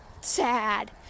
Sad